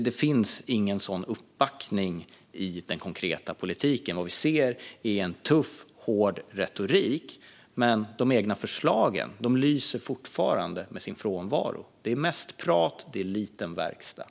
Det backas inte upp av den konkreta politiken. Vad vi ser är en tuff och hård retorik, men de egna förslagen lyser fortfarande med sin frånvaro. Det är mest prat och lite verkstad.